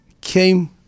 came